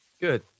Good